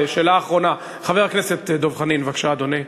שאלה אחרונה, חבר הכנסת דב חנין, בבקשה, אדוני.